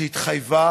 שהתחייבה,